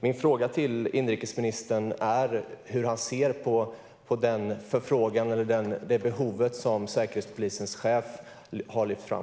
Min fråga till inrikesministern är hur han ser på den förfrågan eller det behov som Säkerhetspolisens chef har lyft fram.